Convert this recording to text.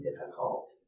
difficult